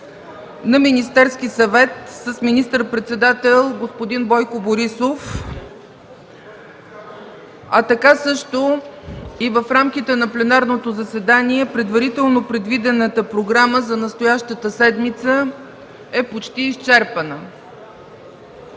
на Министерския съвет с министър-председател господин Бойко Борисов, а така също, в рамките на пленарното заседание, предварително предвидената програма за настоящата седмица е почти изчерпана.